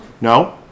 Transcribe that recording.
No